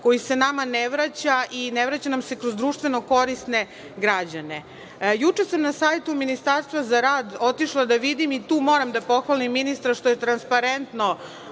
koji se nama ne vraća i ne vraća nam se kroz društveno korisne građane. Juče sam na sajtu Ministarstva za rad otišla da vidim, i tu moram da pohvalim ministra što je transparentno